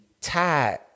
tied